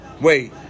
Wait